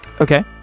Okay